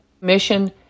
Mission